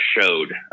showed